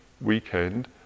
weekend